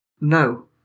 no